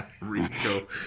Rico